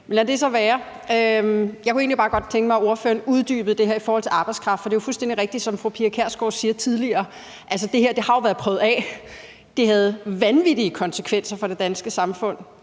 lad det så være. Jeg kunne egentlig bare godt tænke mig, at ordføreren uddybede det her med arbejdskraft. For det er jo fuldstændig rigtigt, som fru Pia Kjærsgaard sagde tidligere, at det her jo har været prøvet af. Det havde vanvittige konsekvenser for det danske samfund.